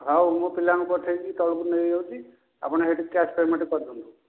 ହଉ ମୁଁ ପିଲାଙ୍କୁ ପଠାଇକି ତଳକୁ ନେଇଯାଉଛି ଆପଣ ସେଇଠି କ୍ୟାସ୍ ପେମେଣ୍ଟ୍ କରି ଦିଅନ୍ତୁ